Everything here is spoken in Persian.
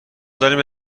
داریم